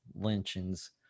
lynchings